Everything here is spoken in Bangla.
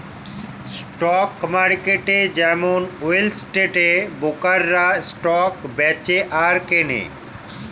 স্টক মার্কেট যেমন ওয়াল স্ট্রিটে ব্রোকাররা স্টক বেচে আর কেনে